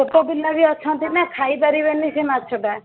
ଛୋଟ ପିଲା ବି ଅଛନ୍ତି ନା ଖାଇ ପାରିବେନି ସେହି ମାଛଟା